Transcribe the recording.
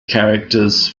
characters